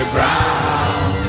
Brown